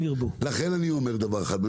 לכן אני אומר דבר אחד,